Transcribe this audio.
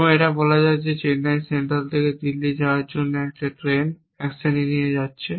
এবং এটা বলা যাক যে চেন্নাই সেন্ট্রাল থেকে দিল্লি যাওয়ার জন্য একটি ট্রেন অ্যাকশন নিয়ে যাচ্ছে